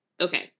okay